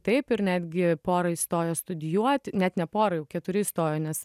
taip ir netgi pora įstojo studijuot net ne pora jau keturi įstojo nes